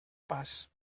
pas